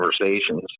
conversations